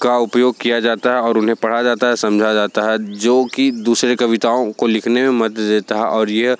का उपयोग किया जाता है और उन्हें पढ़ा जाता है समझा जाता है जो कि दूसरे कविताओं को लिखने में मत देता और यह